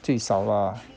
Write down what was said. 最少 lah